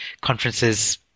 conferences